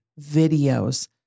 videos